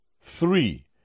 three